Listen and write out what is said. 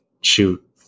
Shoot